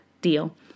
Deal